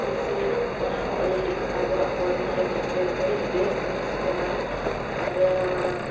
ᱦᱤᱥᱤᱫ ᱚᱱᱟ ᱦᱚᱸ ᱟᱹᱰᱤ ᱟᱵᱚᱣᱟᱜ ᱦᱚᱲᱢᱚ ᱞᱟᱹᱜᱤᱫ ᱛᱮ ᱟᱹᱰᱤ ᱵᱮᱥ ᱡᱤᱱᱤᱥ ᱠᱟᱱᱟ ᱟᱨ